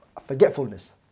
forgetfulness